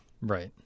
right